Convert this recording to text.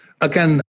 again